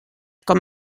com